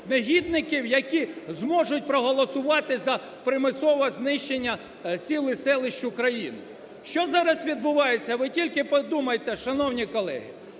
які зможуть проголосувати за примусове знищення сіл і селищ України. Що зараз відбувається? Ви тільки подумайте, шановні колеги,